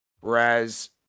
whereas